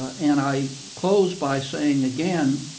and i close by saying, again,